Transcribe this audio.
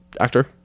Actor